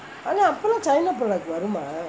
அதா அப்பலாம்:athaa appalaam china product வருமா:varumaa